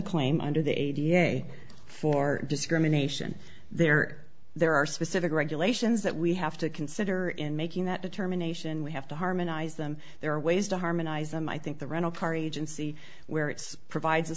claim under the a d f a for discrimination there there are specific regulations that we have to consider in making that determination we have to harmonize them there are ways to harmonize them i think the rental car agency where it's provides a